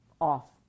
off